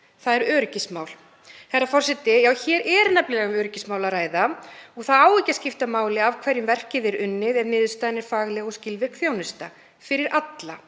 Það er öryggismál. Herra forseti. Hér er um öryggismál að ræða og það á ekki að skipta máli af hverjum verkið er unnið ef niðurstaðan er fagleg og skilvirk þjónusta fyrir alla.